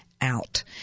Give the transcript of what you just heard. out